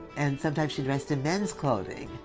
and sometimes she dressed in men's clothing.